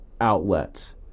outlets